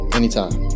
anytime